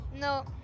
No